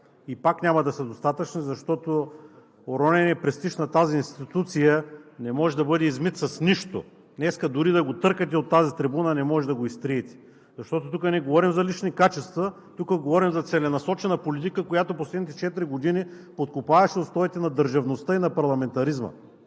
и пак няма да са достатъчни, защото уроненият престиж на тази институция не може да бъде измит с нищо. Днес дори да го търкате от тази трибуна, не може да го изтриете, защото тук не говорим за лични качества, тук говорим за целенасочена политика, която последните четири години подкопаваше устоите на държавността и на парламентаризма.